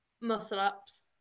Muscle-ups